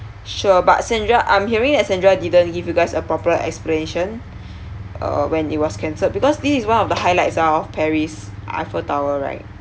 sure but sandra I'm hearing that sandra didn't give you guys a proper explanation uh when it was cancelled because this is one of the highlights of paris eiffel tower right